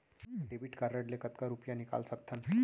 Debit card ले कतका रुपिया निकाल सकथन?